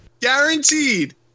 Guaranteed